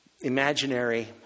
imaginary